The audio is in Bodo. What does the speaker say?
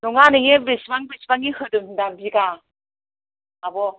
नङा नोङो बिसिबां बिसिबांनि होदों होनदां बिगा आब'